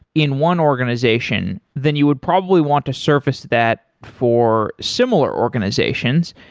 in one organization, then you would probably want to surface that for similar organizations.